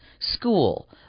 school